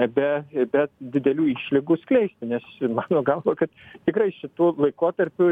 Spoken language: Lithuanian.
ir be ir be didelių išlygų skleisti nes mano galva kad tikrai šitu laikotarpiu